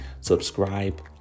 subscribe